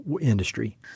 industry